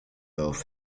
owe